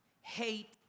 Hate